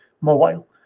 Mobile